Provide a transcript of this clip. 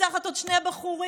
רוצחת עוד שני בחורים,